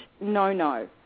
no-no